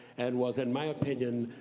and was, in my opinion,